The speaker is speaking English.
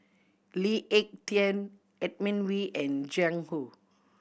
Lee Ek Tieng Edmund Wee and Jiang Hu